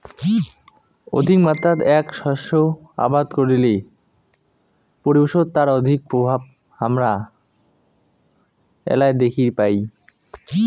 অধিকমাত্রাত এ্যাক শস্য আবাদ করিলে পরিবেশত তার অধিক প্রভাব হামরা এ্যালায় দ্যাখির পাই